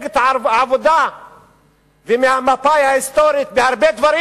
ממפלגת העבודה וממפא"י ההיסטורית בהרבה דברים,